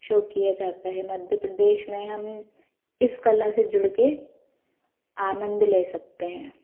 शौ किया जाता है मध्य प्रदेश में हम इस कला से जुड़ के आनंद ले सकते हैं